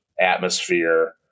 atmosphere